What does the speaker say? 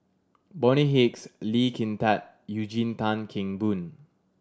Bonny Hicks Lee Kin Tat Eugene Tan Kheng Boon